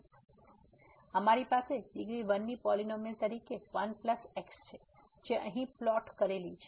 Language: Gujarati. તેથી અમારી પાસે ડિગ્રી 1 ની પોલીનોમીઅલ તરીકે 1 x છે જે અહી પ્લોટ કરેલી છે